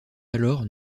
alors